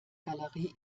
galerie